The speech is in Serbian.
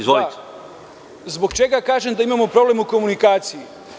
Zbog čega kažem da imamo problem u komunikaciji?